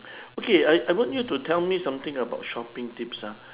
okay I I want you to tell me something about shopping tips ah